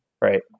Right